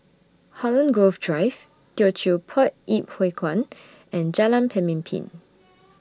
Holland Grove Drive Teochew Poit Ip Huay Kuan and Jalan Pemimpin